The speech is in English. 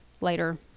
Later